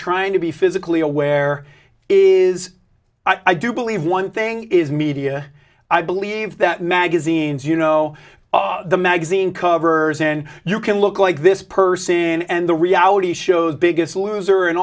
trying to be physically aware is i do believe one thing is media i believe that magazines you know the magazine covers and you can look like this person and the reality shows biggest loser and